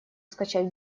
скачать